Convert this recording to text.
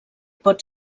pot